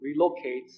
relocates